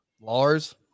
lars